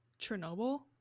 Chernobyl